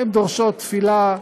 הן דורשות תפילה,